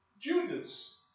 Judas